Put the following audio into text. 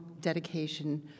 dedication